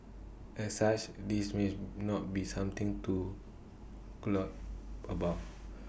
as such this may not be something to gloat about